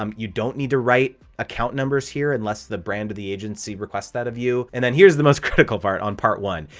um you don't need to write account numbers here, unless the brand of the agency requests that of you. and then here's the most critical part on part one,